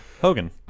Hogan